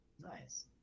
Nice